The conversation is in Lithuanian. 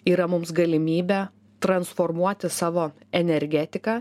yra mums galimybė transformuoti savo energetiką